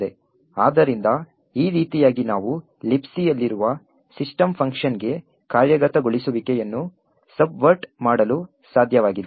ಆದ್ದರಿಂದ ಈ ರೀತಿಯಾಗಿ ನಾವು Libcಯಲ್ಲಿರುವ ಸಿಸ್ಟಮ್ ಫಂಕ್ಷನ್ಗೆ ಕಾರ್ಯಗತಗೊಳಿಸುವಿಕೆಯನ್ನು ಸಬ್ವರ್ಟರ್ ಮಾಡಲು ಸಾಧ್ಯವಿದೆ